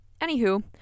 anywho